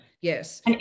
yes